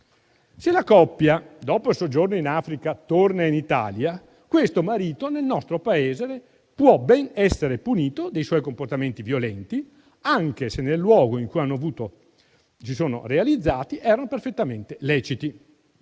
Se la coppia, dopo il soggiorno in Africa, torna in Italia, questo marito nel nostro Paese può ben essere punito dei suoi comportamenti violenti, anche se nel luogo in cui si sono realizzati erano perfettamente leciti.